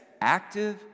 active